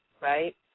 right